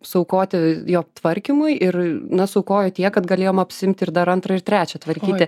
suaukoti jo tvarkymui ir na suaukojo tiek kad galėjom apsiimti ir dar antrą ir trečią tvarkyti